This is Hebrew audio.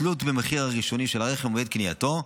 כתלות במחיר הראשוני של רכב ובמועד קנייתו.